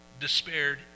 despaired